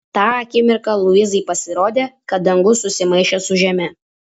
tą akimirką luizai pasirodė kad dangus susimaišė su žeme